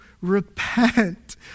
repent